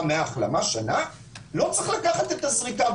מהחלמה לא צריך לקחת את הזריקה.